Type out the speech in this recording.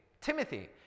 Timothy